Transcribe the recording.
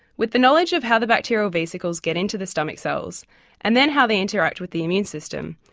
with the knowledge of how the bacterial vesicles get into the stomach cells and then how they interact with the immune system,